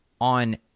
on